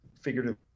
figuratively